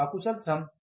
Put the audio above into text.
अकुशल श्रम फिर कितने हैं